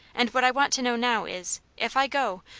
and what i want to know now is, if i go,